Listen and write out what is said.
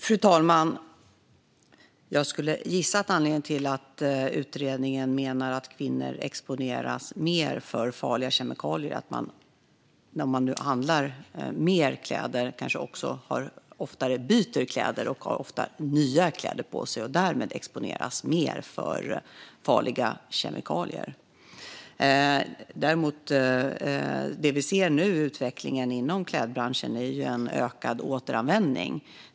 Fru talman! Jag skulle gissa att anledningen till att utredningen menar att kvinnor exponeras mer för farliga kemikalier är att kvinnor handlar mer kläder, kanske oftare byter kläder och ofta har nya kläder på sig. Därmed exponeras de mer för farliga kemikalier. Den utveckling vi nu ser inom klädbranschen handlar dock om ökad återanvändning.